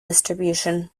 distribution